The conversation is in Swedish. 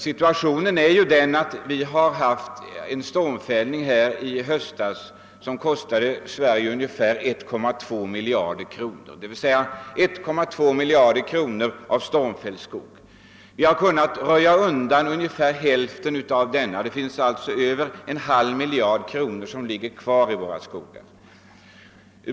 Situationen är den att vi i höstas hade en stormfällning som kostade landet ungefär 1,2 miljarder kronor. Ungefär hälften av denna skog har vi kunnat röja undan. Det finns sålunda över en halv miljard kronor som ligger kvar ute i våra skogar.